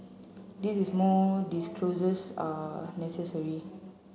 this is more disclosures are necessary